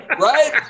right